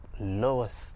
lowest